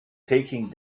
taking